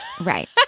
Right